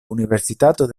universitato